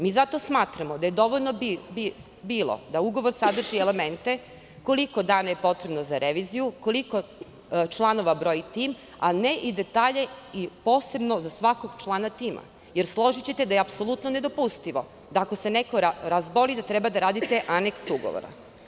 Mi zato smatramo da je dovoljno bilo da ugovor sadrži elemente koliko dana je potrebno za reviziju, koliko članova broji tim, a ne i detalje i posebno za svakog člana tima, jer složićete se da je apsolutno nedopustivo, ako se neko razboli da treba da radite aneks ugovora.